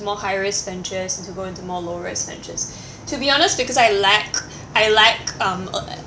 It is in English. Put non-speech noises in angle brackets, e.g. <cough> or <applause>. more high risk ventures than to go into more low risk ventures <breath> to be honest because I lack I lack um